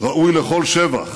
ראוי לכל שבח